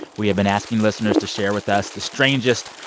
we have been asking listeners to share with us the strangest,